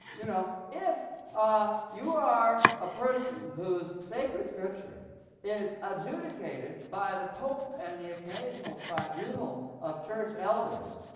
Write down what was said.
you know if ah you are a person whose sacred scripture is adjudicated by the pope and the occasional tribunal of church elders,